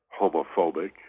homophobic